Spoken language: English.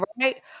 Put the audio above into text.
Right